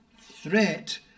threat